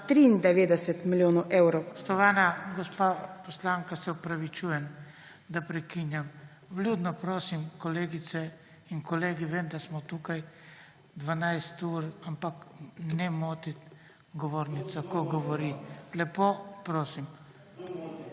93 milijonov evrov